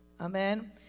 amen